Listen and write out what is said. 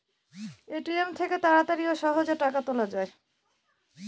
ATM থেকে তাড়াতাড়ি ও সহজেই টাকা তোলা যায়